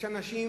יש אנשים